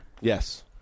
Yes